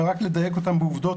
אבל רק לדייק אותם בעובדות.